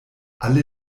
alle